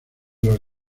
los